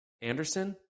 Anderson